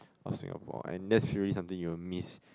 of Singapore and that's really something you will miss